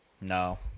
No